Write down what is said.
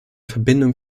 verbindung